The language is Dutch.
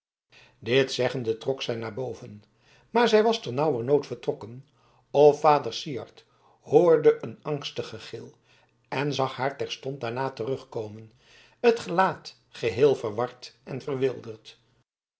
dit zeggende trok zij naar boven maar zij was ternauwernood vertrokken of vader syard hoorde een angstig gegil en zag haar terstond daarna terugkomen het gelaat geheel verward en verwilderd